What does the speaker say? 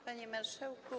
Panie Marszałku!